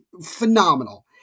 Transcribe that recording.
Phenomenal